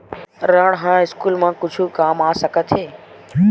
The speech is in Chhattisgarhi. ऋण ह स्कूल मा कुछु काम आ सकत हे?